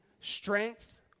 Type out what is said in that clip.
strength